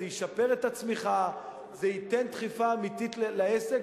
זה ישפר את הצמיחה, זה ייתן דחיפה אמיתית לעסק.